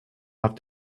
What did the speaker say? have